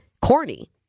corny